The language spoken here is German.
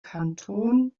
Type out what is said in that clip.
kanton